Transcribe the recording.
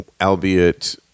Albeit